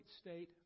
state